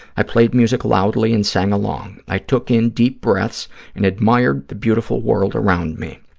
i played music loudly and sang along. i took in deep breaths and admired the beautiful world around me.